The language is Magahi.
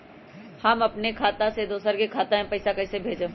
हम अपने खाता से दोसर के खाता में पैसा कइसे भेजबै?